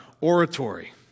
oratory